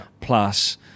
plus